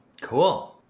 Cool